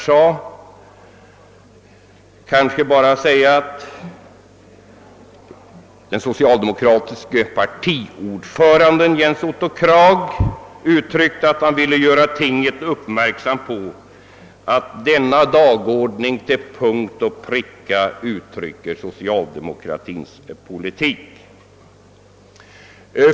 Jag kan inskränka mig till att säga att den socialdemokratiske partiordföranden Jens Otto Krag framhöll, att man ville göra tinget uppmärksamt på att denna dagordning till punkt och pricka uttrycker socialdemokratins politik.